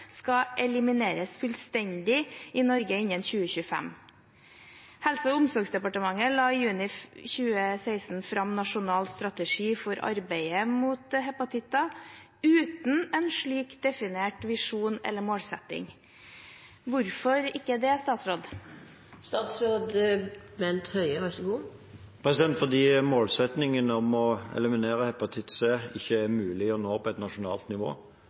skal elimineres fullstendig i Norge innen 2025. Helse- og omsorgsdepartementet la i juni 2016 fram en nasjonal strategi for arbeidet mot hepatitter uten en slik definert visjon eller målsetting. Hvorfor ikke det, statsråd? Det er fordi målsettingen om å eliminere hepatitt C ikke er mulig å nå på et nasjonalt nivå.